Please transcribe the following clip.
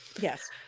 Yes